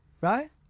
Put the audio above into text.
Right